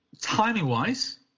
timing-wise